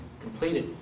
completed